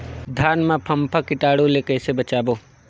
धान मां फम्फा कीटाणु ले कइसे बचाबो?